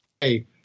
hey